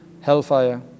Hellfire